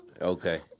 okay